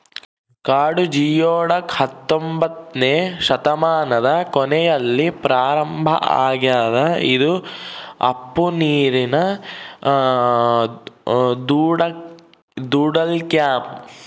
ಕಾಡು ಜಿಯೊಡಕ್ ಹತ್ತೊಂಬೊತ್ನೆ ಶತಮಾನದ ಕೊನೆಯಲ್ಲಿ ಪ್ರಾರಂಭ ಆಗ್ಯದ ಇದು ಉಪ್ಪುನೀರಿನ ದೊಡ್ಡಕ್ಲ್ಯಾಮ್